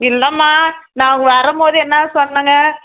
இல்லைம்மா நாங்கள் வரும்போதே என்ன சொன்னேங்க